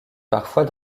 parfois